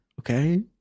Okay